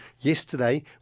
yesterday